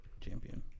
champion